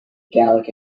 gallic